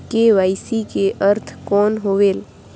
KYC कर अर्थ कौन होएल?